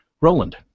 Roland